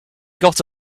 got